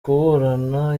kuburana